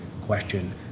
question